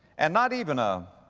and not even a,